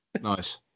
Nice